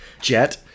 Jet